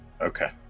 Okay